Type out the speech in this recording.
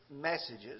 messages